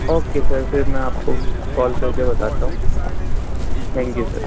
او کے سر پھر میں آپ کو کال کر کے بتاتا ہوں تھینک یو سر